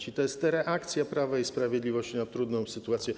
I to jest reakcja Prawa i Sprawiedliwości na trudną sytuację.